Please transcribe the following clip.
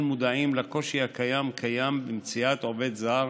מודעים לקושי הקיים כיום במציאת עובד זר